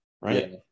right